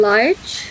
Large